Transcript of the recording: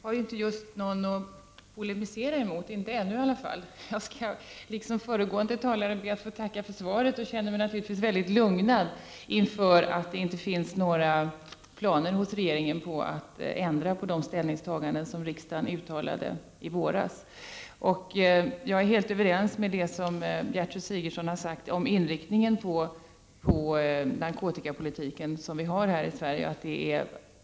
Fru talman! Jag har ingen att polemisera emot, i varje fall inte ännu. Liksom föregående talare skall jag be att få tacka för svaret, och jag känner mig mycket lugnad efter att ha fått höra att det inte finns några planer hos regeringen på att ändra de ställningstaganden som riksdagen uttalade i våras. Jag är helt ense med Gertrud Sigurdsen i det hon sade om att inriktningen på narkotikapolitiken här i Sverige ligger fast.